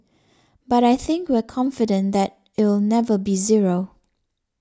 but I think we're confident that it'll never be zero